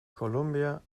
columbia